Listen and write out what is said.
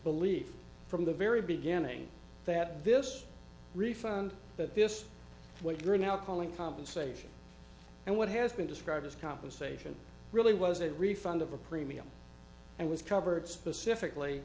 belief from the very beginning that this refund that this what you are now calling compensation and what has been described as compensation really was a refund of a premium and was covered specifically